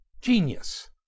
GENIUS